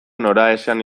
noraezean